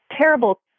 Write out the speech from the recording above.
terrible